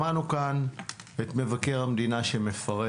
שמענו כאן את מבקר המדינה שמפרט